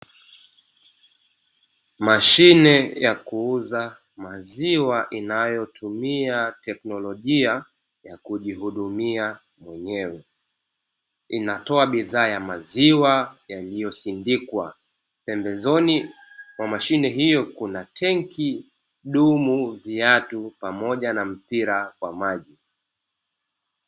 Mashine ya kuuza maziwa, inayotumia teknolojia ya kujihudumia mwenyewe, inatoa bidhaa ya maziwa yaliyosindikwa pembezoni mwa mashine hiyo kuna tenki, dumu, viatu pamoja na mpira wa maji.